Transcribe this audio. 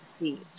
see